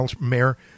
Mayor